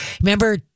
remember